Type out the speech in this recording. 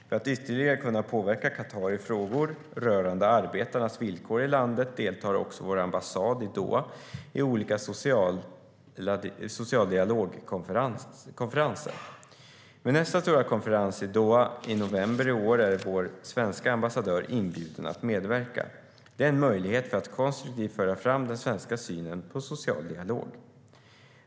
För att ytterligare kunna påverka Qatar i frågor rörande arbetarnas villkor i landet deltar också vår ambassad i Doha i olika social-dialog-konferenser. Vid nästa stora konferens i Doha i november i år är vår svenska ambassadör inbjuden att medverka. Det är en möjlighet för att konstruktivt föra fram den svenska synen på social dialog.